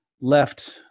left